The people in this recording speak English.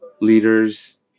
leaders